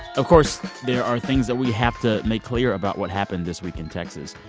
of course there are things that we have to make clear about what happened this week in texas.